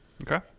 okay